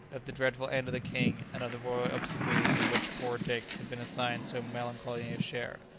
of the dreadful end of the king, and of the royal obsequies in which poor dick had been assigned so melancholy a share.